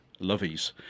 lovies